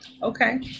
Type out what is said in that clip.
okay